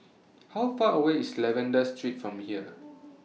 How Far away IS Lavender Street from here